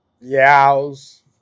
Yow's